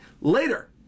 later